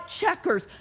checkers